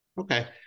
Okay